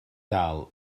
dal